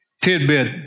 tidbit